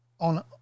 On